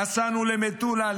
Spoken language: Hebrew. נסענו למטולה,